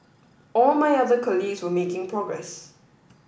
all my other colleagues were making progress